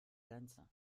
grenze